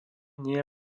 nie